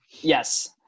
Yes